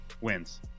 wins